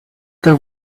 there